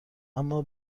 اما